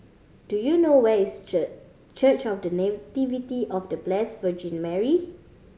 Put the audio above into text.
do you know where is Church of The Nativity of The Bless Virgin Mary